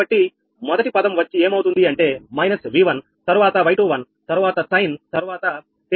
కాబట్టి మొదటి పదం వచ్చి ఏమవుతుంది అంటే మైనస్ V1 తరువాత Y21 తరువాత సైన్ తరువాత ⁡𝜃21 − 𝛿2 𝛿1